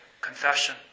Confession